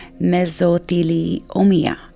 mesothelioma